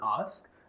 ask